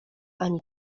ani